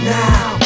now